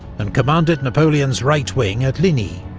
and commanded napoleon's right wing at ligny.